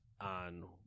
on